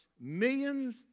Millions